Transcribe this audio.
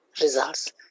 results